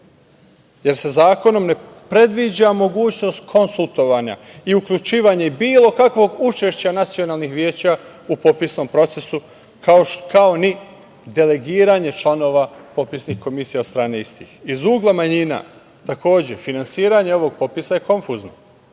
jer se zakonom ne predviđa mogućnost konsultovanja i uključivanje bilo kakvih učešća nacionalnih veća u popisnom procesu, kao ni delegiranje članova popisnih komisija od strane istih. Iz ugla manjina, finansiranje ovog popisa je konfuzno,